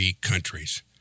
countries